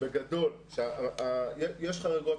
בגדול שיש חריגות,